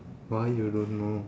why you don't know